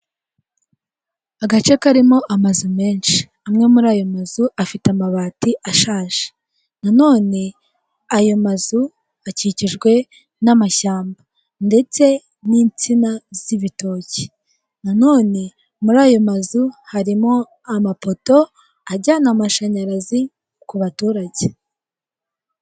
Imodoka isa nk'ivu iri mu muhanda iri kugenda ifite amapine y'umukara, ndetse iruhande rw'iyo modoka hari umumotari uhetse umuntu ku ipikipiki wambaye ijire y'umuhondo ndetse n'ubururu wambaye n'ingoferoy'umukara ndetse n'umutuku.